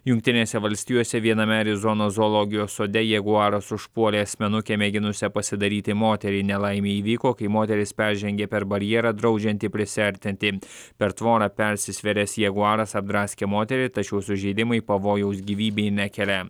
jungtinėse valstijose viename arizonos zoologijos sode jaguaras užpuolė asmenukę mėginusią pasidaryti moteriai nelaimė įvyko kai moteris peržengė per barjerą draudžiantį prisiartinti per tvorą persisvėręs jaguaras apdraskė moterį tačiau sužeidimai pavojaus gyvybei nekelia